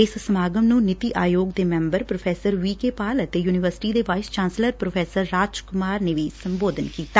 ਇਸ ਸਮਾਗਮ ਨੂੰ ਨੀਤੀ ਆਯੋਗ ਦੇ member prof V K Paul ਅਤੇ ਯੁਨੀਵਰਸਿਟੀ ਦੇ vice chancellor prof Raj Kumar ਨੇ ਵੀ ਸੰਬੋਧਨ ਕੀਤਾ